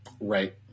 Right